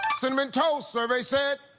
cinnamon toast. survey said.